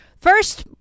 First